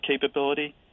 capability